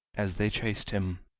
as they chased him.